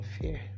fear